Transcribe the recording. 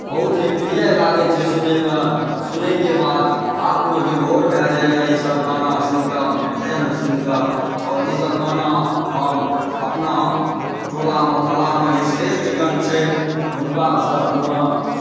बहुत ही प्रिय लागैत छै सुनैमे सुनैके बाद आत्मविभोर भए जाइए ईसभ गाना सुनि कऽ भजन सुनि कऽ आओर ईसभ गाना हम अपना टोला मोहल्लामे जे श्रेष्ठ गण छथि हुनका सभ मुहेँ सुनैत छी आ गाबैत छी